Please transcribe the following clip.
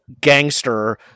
gangster